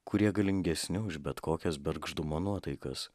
kurie galingesni už bet kokias bergždumo nuotaikas